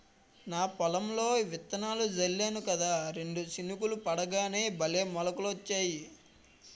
నా పొలంలో విత్తనాలు జల్లేను కదా రెండు చినుకులు పడగానే భలే మొలకలొచ్చాయి